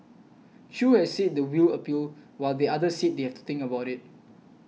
Chew has said the will appeal while the other said they have to think about it